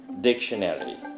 Dictionary